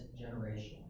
generation